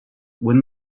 when